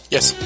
Yes